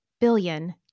billion